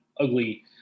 ugly